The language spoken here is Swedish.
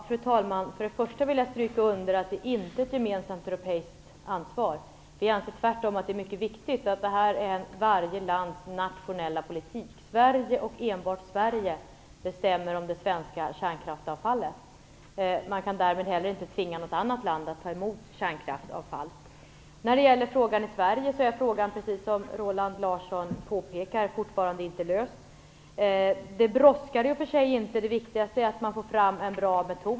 Fru talman! Till att börja med vill jag understryka att det inte är fråga om ett gemensamt europeiskt ansvar. Tvärtom är det mycket viktigt att detta ingår i varje lands nationella politik. Sverige och enbart Sverige bestämmer om det svenska kärnkraftsavfallet. Man kan därvid inte heller tvinga något annat land att ta emot kärnkraftsavfall. Frågan är, som Roland Larsson påpekade, fortfarande inte löst. Det brådskar i och för sig inte, det viktigaste är att man får fram en bra metod.